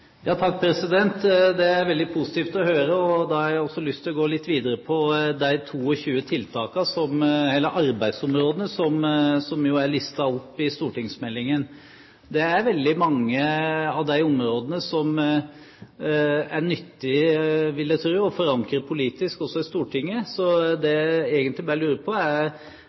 er veldig positivt å høre. Da har jeg også lyst til å gå litt videre på de 22 arbeidsområdene som er listet opp i stortingsmeldingen. Det er veldig mange av de områdene som er nyttige, vil jeg tro, å forankre politisk også i Stortinget. Det jeg egentlig bare lurer på,